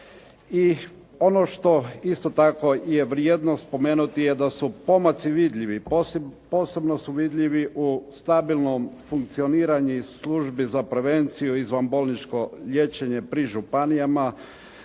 I ono što isto tako je vrijedno spomenuti je da su pomaci vidljivi, posebno su vidljivi u stabilnom funkcioniranju iz službi za prevenciju izvanbolničko liječenje pri županijama,